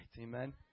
Amen